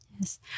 Yes